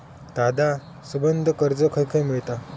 दादा, संबंद्ध कर्ज खंय खंय मिळता